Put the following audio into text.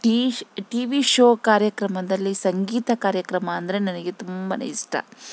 ಟೀಶ್ T V show ಕಾರ್ಯಕ್ರಮದಲ್ಲಿ ಸಂಗೀತ ಕಾರ್ಯಕ್ರಮ ಅಂದರೆ ನನಗೆ ತುಂಬ ಇಷ್ಟ